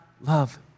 love